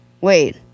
Wait